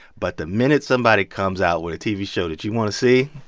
but the minute somebody comes out with a tv show that you want to see,